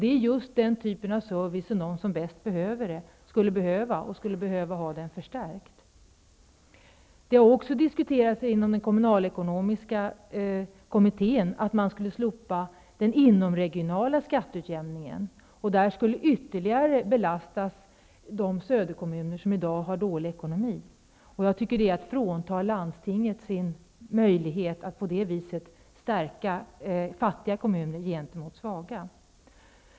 Det är just den typ av service som skulle behöva förstärkas för dem som mest behöver den. I den kommunalekonomiska kommittén har det varit en diskussion om att slopa den inomregionala skatteutjämningen. Där skulle de söderkommuner som har dålig ekonomi belastas ytterligare. Jag tycker att det är att frånta landstinget möjligheten att stärka fattiga kommuner gentemot svaga.